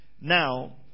Now